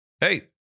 Hey